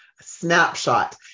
snapshot